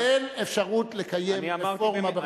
אין אפשרות לקיים רפורמה ברשות השידור,